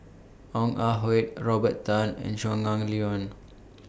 Ong Ah Hoi Robert Tan and Shangguan Liuyun